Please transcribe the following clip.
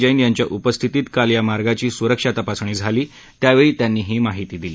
जन्नीयांच्या उपस्थितीत काल या मार्गाची सुरक्षा तपासणी झाली त्यावेळी त्यांनी ही माहिती दिली